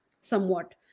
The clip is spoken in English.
somewhat